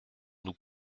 nous